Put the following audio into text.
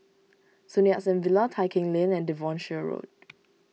Sun Yat Sen Villa Tai Keng Lane and Devonshire Road